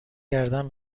گردن